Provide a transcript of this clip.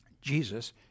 Jesus